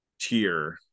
tier